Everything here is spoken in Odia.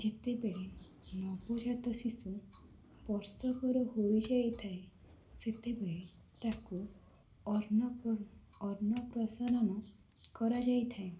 ଯେତେବେଳେ ନବଜାତ ଶିଶୁ ବର୍ଷକର ହୋଇଯାଇଥାଏ ସେତେବେଳେ ତାକୁ ଅନ୍ନ ଅନ୍ନପ୍ରସନ୍ନ କରାଯାଇଥାଏ